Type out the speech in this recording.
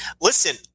Listen